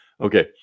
okay